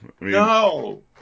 No